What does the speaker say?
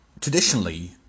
Traditionally